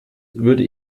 würde